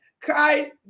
Christ